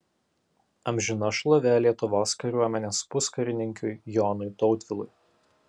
amžina šlovė lietuvos kariuomenės puskarininkiui jonui tautvilui